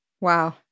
Wow